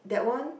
that one